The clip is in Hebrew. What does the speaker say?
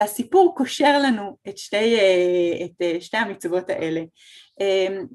הסיפור קושר לנו את שתי המצגות האלה.